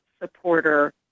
supporter